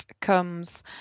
comes